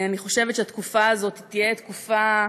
אני חושבת שהתקופה הזאת תהיה תקופה,